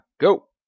Go